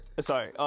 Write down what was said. Sorry